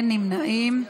אין נמנעים.